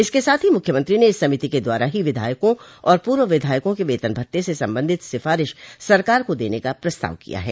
इसके साथ ही मुख्यमंत्री ने इस समिति के द्वारा ही विधायको और पूर्व विधायको के वेतन भत्ते से संबंधित सिफारिश सरकार को देने का प्रस्ताव किया है